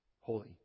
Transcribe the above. holy